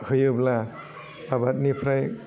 होयोब्ला आबादनिफ्राय